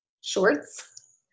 Shorts